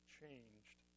changed